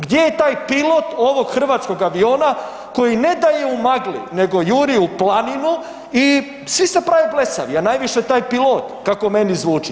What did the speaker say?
Gdje je taj pilot ovog hrvatskog aviona koji ne da je u magli nego juri u planinu i svi se prave blesavi a najviše taj pilot, kako meni zvuči.